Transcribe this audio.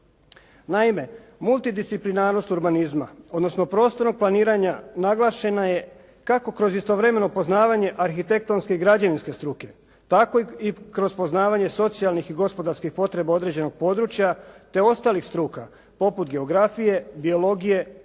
Naime multidisciplinarnost urbanizma, odnosno prostornog planiranja naglašena je kako kroz istovremeno poznavanje arhitektonske i građevinske struke tako i kroz ponavljanje socijalnih i gospodarskih potreba određenog područja te ostalih struka poput geografije, biologije, ekologije,